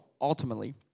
ultimately